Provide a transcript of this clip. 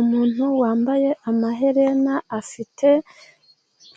Umuntu wambaye amaherena afite